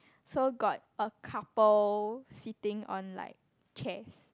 so got a couple sitting on like chairs